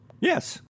Yes